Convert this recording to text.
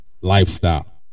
lifestyle